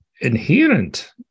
inherent